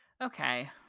okay